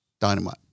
dynamite